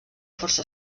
força